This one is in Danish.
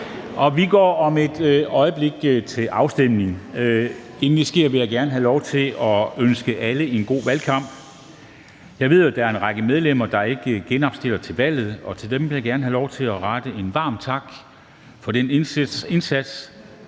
vi går om et øjeblik til afstemning. Inden det sker, vil jeg gerne have lov til at ønske alle en god valgkamp. Jeg ved jo, at der er en række medlemmer, der ikke genopstiller til valget, og til dem vil jeg gerne have lov at rette en varm tak for den indsats,